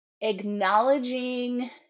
acknowledging